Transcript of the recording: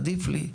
עדיף לי.